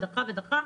ודחה ודחה,